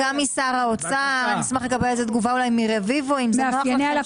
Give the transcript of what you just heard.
מי בעד קבלת ההסתייגות?